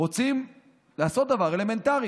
רוצים לעשות דבר אלמנטרי.